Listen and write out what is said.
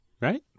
right